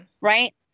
Right